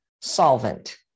solvent